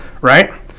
Right